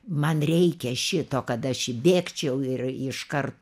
man reikia šito kad aš įbėgčiau ir iškart